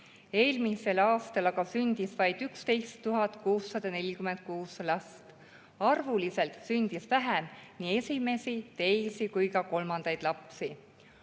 Eelmisel aastal aga sündis vaid 11 646 last. Arvuliselt sündis vähem nii esimesi, teisi kui ka kolmandaid lapsi.